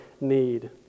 need